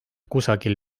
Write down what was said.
kusagil